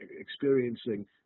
experiencing